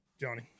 Johnny